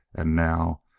and now,